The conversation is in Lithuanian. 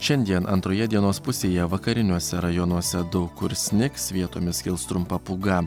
šiandien antroje dienos pusėje vakariniuose rajonuose daug kur snigs vietomis kils trumpa pūga